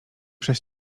przez